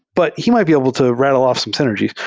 but he might be able to rattle off some synergies.